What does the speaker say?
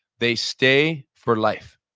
they stay for life.